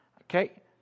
Okay